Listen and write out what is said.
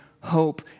hope